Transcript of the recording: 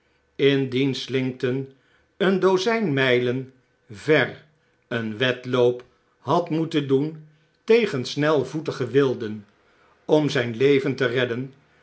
lndien slinkton een dozyn mylen ver een wedloop had moeten doen tegen snelvoetige wilden om zyn leven te redden